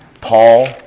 Paul